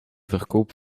verkoop